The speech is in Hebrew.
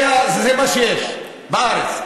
זה מה שיש בארץ.